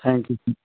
thank you sir